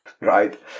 right